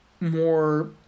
more